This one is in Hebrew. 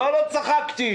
הצבעה בעד,